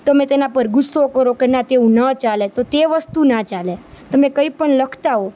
તમે તેના પર ગુસ્સો કરો કે ના તેવું તો ના જ ચાલે તો તે વસ્તુ ના ચાલે તમે કઈ પણ લખતા હોવ